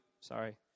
sorry